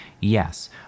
yes